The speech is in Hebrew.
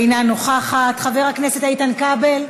אינה נוכחת, חבר הכנסת איתן כבל,